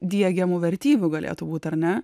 diegiamų vertybių galėtų būt ar ne